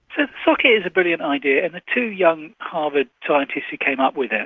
the soccket is a brilliant idea, and the two young harvard scientists who came up with it,